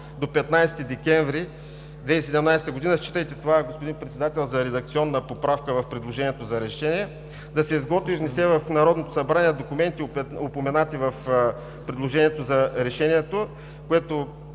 до 15 декември 2017 г. – считайте това, господин Председател, за редакционна поправка в предложението за решение – да се изготви и внесе в Народното събрание документи, упоменати в предложението за решението, което